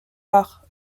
rares